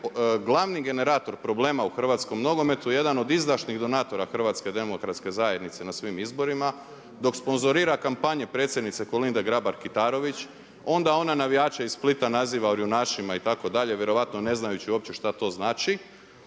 glavni generator problema u hrvatskom nogometu jedan od izdašnih donatora HDZ-a na svim izborima, dok sponzorira kampanje predsjednice Kolinde Grabar Kitarović. Onda ona navijače iz Splita naziva orjunašima itd. vjerojatno ne znajući uopće šta to znači.